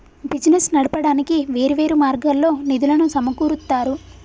business నడపడానికి వేర్వేరు మార్గాల్లో నిధులను సమకూరుత్తారు